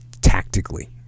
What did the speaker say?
tactically